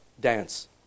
dance